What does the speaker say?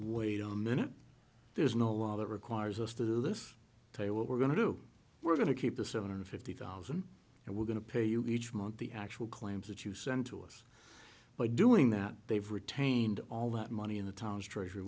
wait a minute there's no law that requires us to do this tell you what we're going to do we're going to keep the seven hundred fifty thousand and we're going to pay you each month the actual claims that you sent to us by doing that they've retained all that money in the town's treasur